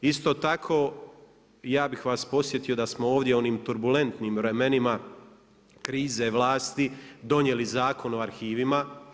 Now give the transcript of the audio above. Isto tako ja bih vas podsjetio, da smo ovdje onim turbulentnim vremenima, krize vlasti donijeli Zakon o arhivima.